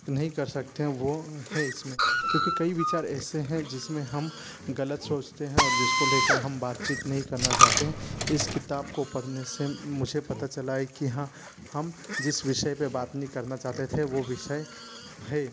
नहीं कर सकते हैं वो है इसमें क्योंकि कई विचार ऐसे हैं जिसमें हम ग़लत सोचते हैं और जिसको ले कर हम बातचीत नहीं करना चाहते हैं इस किताब को पढ़ने से मुझे पता चला है कि हाँ हम जिस विषय पर बात नहीं करना चाहते थे वो विषय है